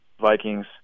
Vikings